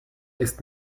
ist